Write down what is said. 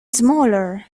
smaller